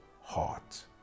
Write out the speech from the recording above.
heart